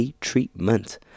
treatment